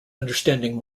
understanding